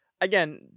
Again